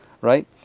right